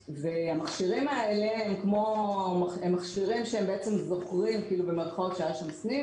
והמכשירים האלה הם מכשירים שהם בעצם כבר "תקועים" כי היה שם סניף